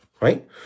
Right